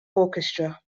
orchestra